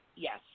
Yes